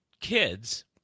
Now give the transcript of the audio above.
kids